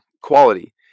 Quality